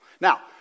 Now